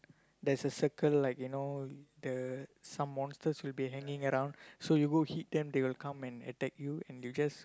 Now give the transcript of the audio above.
there's a circle like you know the some monsters will be hanging around so you go hit them they will come and attack you and you just